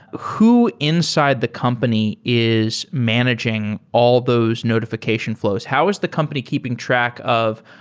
who inside the company is managing all those notifi cation fl ows? how is the company keeping track of,